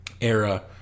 era